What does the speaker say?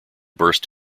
burst